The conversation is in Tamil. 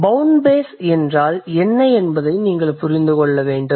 பௌண்ட் பேஸ் என்றால் என்ன என்பதை நீங்கள் புரிந்து கொள்ள வேண்டும்